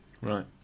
Right